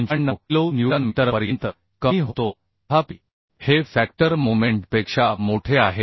95 kilo newton मीटरपर्यंत कमी होतो तथापि हे फॅक्टर मोमेंटपेक्षा मोठे आहे